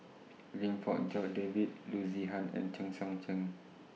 Lim Fong Jock David Loo Zihan and Chen Sucheng